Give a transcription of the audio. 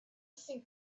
think